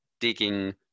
digging